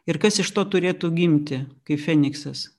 ir kas iš to turėtų gimti kaip feniksas